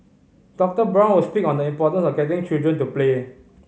Doctor Brown will speak on the importance of getting children to play